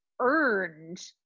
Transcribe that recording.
earned